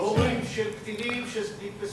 הורים של קטינים שנתפסו,